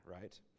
right